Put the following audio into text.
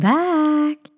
back